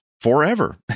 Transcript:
forever